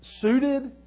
Suited